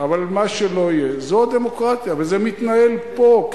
אבל מה שלא יהיה, זו הדמוקרטיה, וזה מתנהל פה.